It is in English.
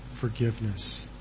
forgiveness